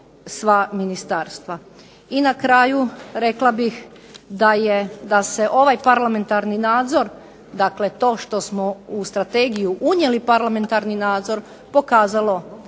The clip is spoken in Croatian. I na kraju rekla bih da se ovaj parlamentarni nadzor, dakle to što smo u strategiju unijeli parlamentarni nadzor pokazalo